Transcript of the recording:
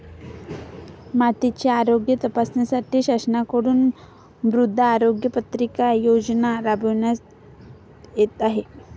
मातीचे आरोग्य तपासण्यासाठी शासनाकडून मृदा आरोग्य पत्रिका योजना राबविण्यात येत आहे